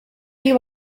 you